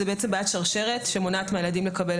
זאת בעיית שרשרת שמונעת מהילדים לקבל